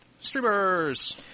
streamers